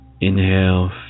inhale